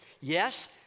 Yes